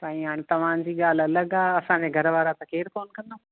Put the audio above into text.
साईं हाणे तव्हांजी ॻाल्हि अलॻि आहे असांजे घर वारा त केरु कोन्ह कंदो